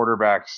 quarterbacks